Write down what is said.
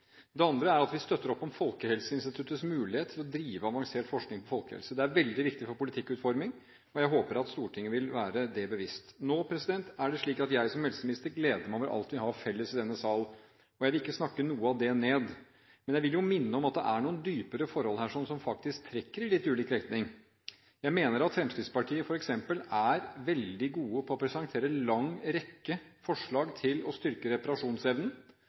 Det andre er at vi støtter opp om Folkehelseinstituttets mulighet til å drive avansert forskning på folkehelse. Det er veldig viktig for politikkutformingen, og jeg håper at Stortinget vil være det bevisst. Nå er det slik at jeg som helseminister gleder meg over alt vi har felles i denne sal, og jeg vil ikke snakke noe av det ned. Men jeg vil jo minne om at det er noen dypere forhold her som faktisk trekker i litt ulik retning. Jeg mener at Fremskrittspartiet f.eks. er veldig gode på å presentere en lang rekke forslag til å styrke reparasjonsevnen,